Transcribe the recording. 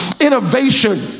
innovation